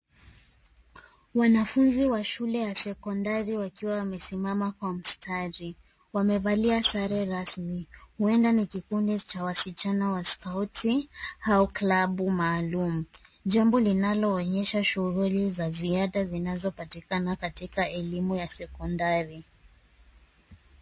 Wanafunzi wa shule ya sekondari wakiwa wamesimama kwa mstari . Wamevalia sare rasmi huenda ni kikundi cha wasichana wa skauti au klabu maalum. Jambo linaloonyesha juhudi la ziada zinazopatikana katika elimu ya sekondari.